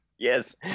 Yes